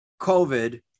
COVID